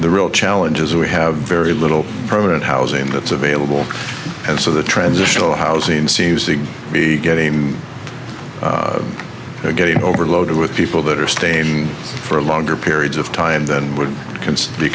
the real challenge is we have very little progress in housing that's available and so the transitional housing seems to be getting getting overloaded with people that are staying for longer periods of time than would consider t